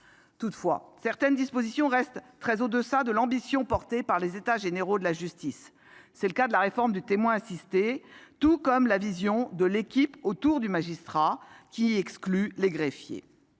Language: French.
Toutefois, certaines dispositions restent très en deçà de l'ambition exprimée lors des États généraux de la justice. C'est le cas de la réforme du témoin assisté, ainsi que de la constitution de l'équipe autour du magistrat, équipe dont sont exclus les greffiers.